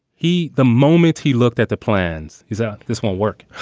he. the moment he looked at the plans is out. this won't work.